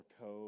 code